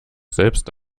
selbst